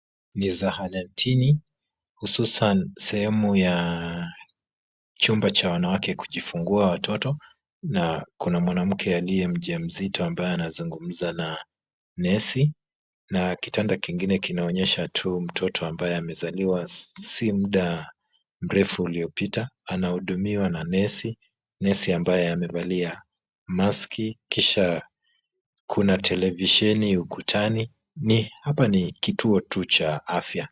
Ni zahanatini hususan sehemu ya chumba cha wanawake kujifungua watoto na kuna mwanamke aliye mja mzito ambaye anasungumza na nesi, na kitanda kingine kinaonyesha tu mtoto ambaye amezaliwa si muda mrefu uliopita anahudumiwa na nesi, nesi ambaye amevalia maski kisha Kuna televisheni ukutani. Hapa ni kituo tu cha afya.